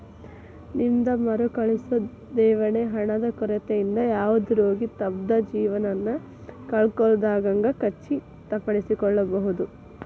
ನಿಮ್ದ್ ಮರುಕಳಿಸೊ ದೇಣಿಗಿ ಹಣದ ಕೊರತಿಯಿಂದ ಯಾವುದ ರೋಗಿ ತಮ್ದ್ ಜೇವನವನ್ನ ಕಳ್ಕೊಲಾರ್ದಂಗ್ ಖಚಿತಪಡಿಸಿಕೊಳ್ಬಹುದ್